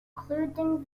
including